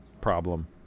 problem